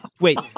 wait